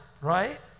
right